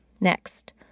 Next